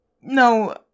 No